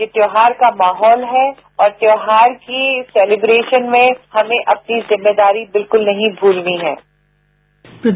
ये त्यौहार का माहौल है त्यौहार की सेलिव्रेशन में हमें अपनी जिम्मेदारी बिल्कुल नहीं भूलनी चाहिए